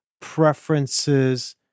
preferences